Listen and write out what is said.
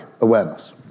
awareness